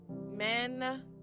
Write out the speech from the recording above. Men